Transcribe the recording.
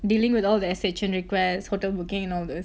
dealing with all the S_H_N requests hotel booking and all those